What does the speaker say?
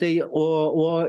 tai o o